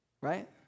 Right